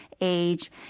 age